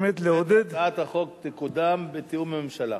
באמת לעודד הצעת החוק תקודם בתיאום עם הממשלה.